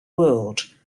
world